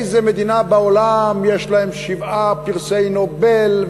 איזה מדינה בעולם יש לה שבעה פרסי נובל,